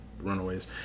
Runaways